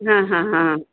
हां हां हां